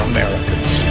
Americans